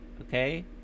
okay